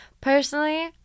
Personally